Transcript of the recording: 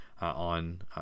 on